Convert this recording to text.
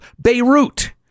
Beirut